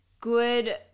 good